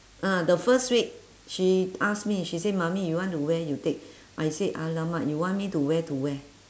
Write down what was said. ah the first week she ask me she say mummy you want to wear you take I say !alamak! you want me to wear to where